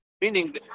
Meaning